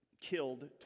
killed